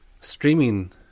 Streaming